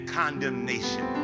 condemnation